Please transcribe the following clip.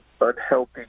unhealthy